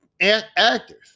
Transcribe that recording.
actors